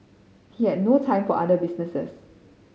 he had no time for other businesses